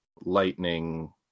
lightning